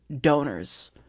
donors